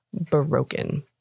broken